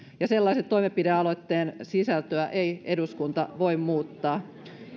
ja toimenpidealoitteen sisältöä ei eduskunta voi muuttaa